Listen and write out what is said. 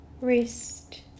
wrist